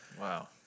Wow